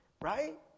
right